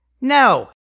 No